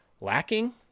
lacking